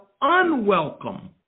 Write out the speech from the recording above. unwelcome